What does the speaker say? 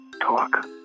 talk